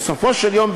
בסופו של יום,